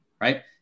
Right